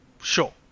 Sure